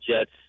Jets